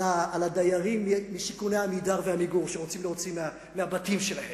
על הדיירים משיכוני "עמידר" ו"עמיגור" שרוצים להוציא מהבתים שלהם,